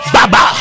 Baba